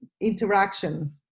interaction